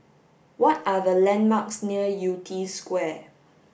what are the landmarks near Yew Tee Square